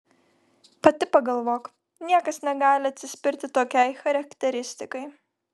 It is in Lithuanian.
pati pagalvok niekas negali atsispirti tokiai charakteristikai